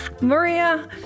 Maria